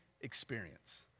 experience